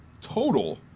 Total